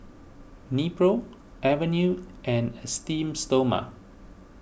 Nepro Avene and Esteem Stoma